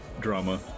drama